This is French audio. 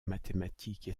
mathématique